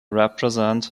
represent